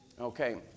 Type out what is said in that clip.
Okay